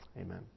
Amen